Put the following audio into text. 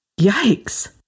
Yikes